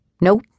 Nope